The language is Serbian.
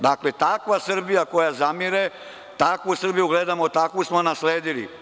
Dakle, takva Srbija koja zamire, takvu Srbiju gledamo, takvu smo nasledili.